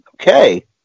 Okay